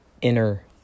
inner